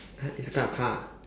!huh! it's a type of car ah